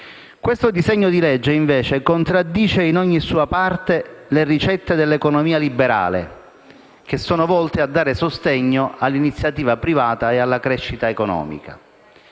Il disegno di legge in esame contraddice invece in ogni sua parte le ricette dell'economia liberale, volte a dare sostegno all'iniziativa privata e alla crescita economica.